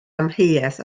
amheuaeth